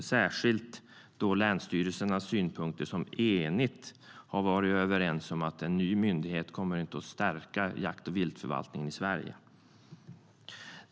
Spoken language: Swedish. Det gäller speciellt länsstyrelsernas synpunkter. De har varit eniga och överens om att en ny myndighet inte kommer att stärka jakten och viltförvaltningen i Sverige.